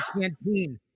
canteen